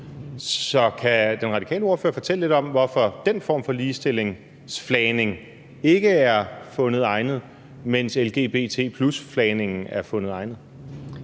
Så kan den radikale ordfører fortælle lidt om, hvorfor den form for ligestillingsflagning ikke er fundet egnet, mens lgbt+-flagningen er fundet egnet?